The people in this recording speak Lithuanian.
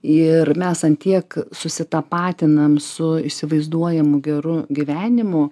ir mes ant tiek susitapatinam su įsivaizduojamu geru gyvenimu